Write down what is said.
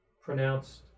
pronounced